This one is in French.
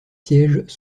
sièges